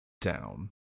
down